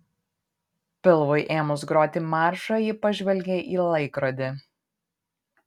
pilvui ėmus groti maršą ji pažvelgė į laikrodį